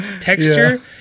texture